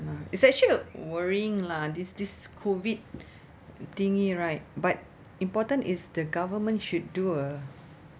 ya it's actually a worrying lah this this COVID thingy right but important is the government should do a